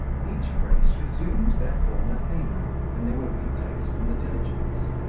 each brace resumed their former theme when they were replaced in the diligence.